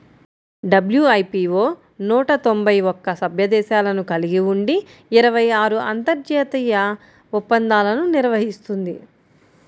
WIPO నూట తొంభై ఒక్క సభ్య దేశాలను కలిగి ఉండి ఇరవై ఆరు అంతర్జాతీయ ఒప్పందాలను నిర్వహిస్తుంది